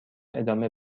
ادامه